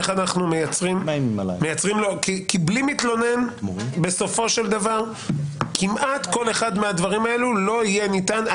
כי בלי מתלונן בסופו של דבר כמעט כל אחד מהדברים האלו לא יהיה ניתן.